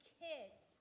kids